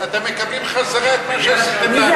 אתם מקבלים חזרה את מה שעשיתם לנו.